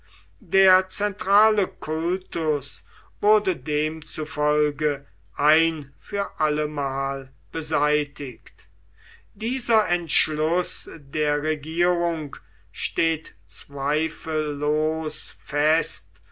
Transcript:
der zentrale kultus wurde demzufolge ein für allemal beseitigt dieser entschluß der regierung steht zweifellos fest